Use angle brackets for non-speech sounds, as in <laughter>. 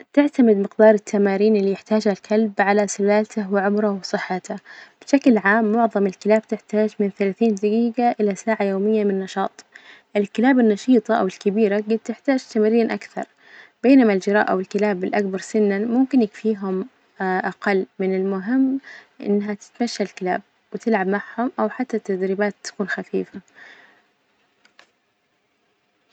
تعتمد مقدار التمارين اللي يحتاجها الكلب على سلالته وعمره وصحته، بشكل عام معظم الكلاب تحتاج من ثلاثين دجيجة إلى ساعة يومية من نشاط، الكلاب النشيطة أو الكبيرة قد تحتاج تمارين أكثر، بينما الجراء أوالكلاب الأكبر سنا ممكن يكفيهم <hesitation> أقل، من المهم إنها تتمشى الكلاب وتلعب معهم أو حتى التدريبات تكون خفيفة.